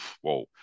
whoa